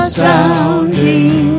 sounding